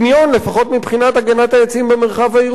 לפחות מבחינת הגנת העצים במרחב העירוני.